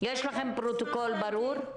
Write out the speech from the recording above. יש לכם פרוטוקול ברור?